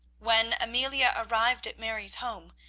when amelia arrived at mary's home,